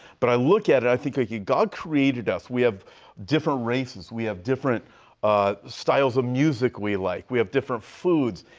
but i look at it i think like yeah god created us, we have different races. we have different styles of music we like. like. we have different foods.